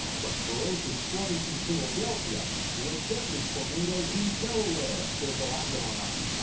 from ferocious flooding in philadelphia to a deadly tornado in delaware. there is a lot going on.